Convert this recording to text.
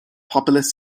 populous